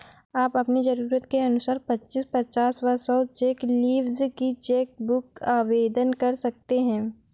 आप अपनी जरूरत के अनुसार पच्चीस, पचास व सौ चेक लीव्ज की चेक बुक आवेदन कर सकते हैं